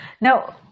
Now